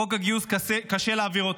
את חוק הגיוס קשה להעביר.